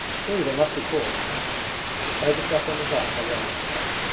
true, they must be caught ergushov and nazarka rose and,